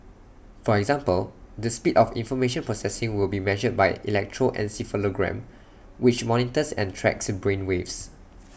for example the speed of information processing will be measured by electroencephalogram which monitors and tracks in brain waves